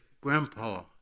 grandpa